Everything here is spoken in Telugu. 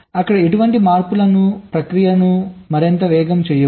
అక్కడ ఎటువంటి మార్పులు ప్రక్రియను మరింత వేగంగా చేయవు